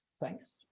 Thanks